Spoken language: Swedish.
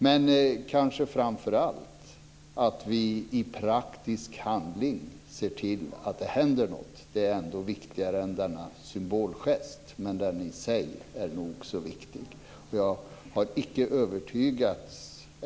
Framför allt handlar det kanske om att vi i praktisk handling ska se till att det händer något. Det är ändå viktigare än denna symbolgest, men den är i sig nog så viktig.